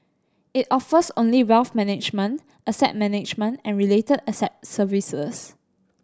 it offers only wealth management asset management and related asset services